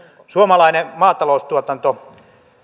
suomalainen maataloustuotanto